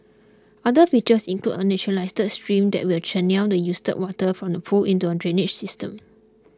other features include a naturalised stream that will channel the used water from the pool into a drainage system